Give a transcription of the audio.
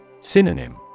Synonym